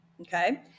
Okay